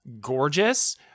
gorgeous